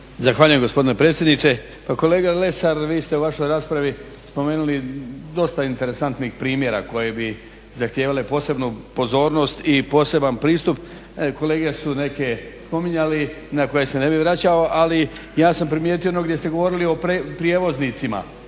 Zahvaljujem gospodine predsjedniče. Pa kolega Lesar vi ste u vašoj raspravi spomenuli dosta interesantnih primjera koji bi zahtijevali posebnu pozornost i poseban pristup. Kolege ste neke spominjali na koje se ne bih vraćao ali ja sam primijetio ono gdje ste govorili o prijevoznicima.